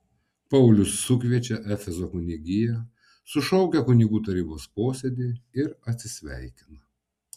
paulius sukviečia efezo kunigiją sušaukia kunigų tarybos posėdį ir atsisveikina